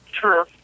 True